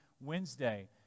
Wednesday